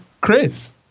Chris